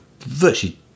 virtually